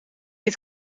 het